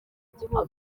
gihugu